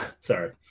Sorry